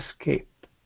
escape